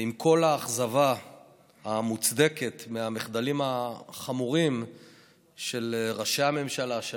עם כל האכזבה המוצדקת מהמחדלים החמורים של ראשי הממשלה שלנו,